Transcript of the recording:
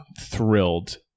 thrilled